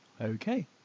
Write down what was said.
Okay